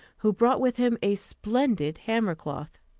who brought with him a splendid hammer-cloth.